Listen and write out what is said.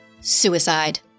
suicide